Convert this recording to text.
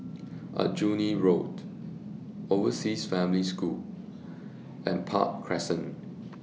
Aljunied Road Overseas Family School and Park Crescent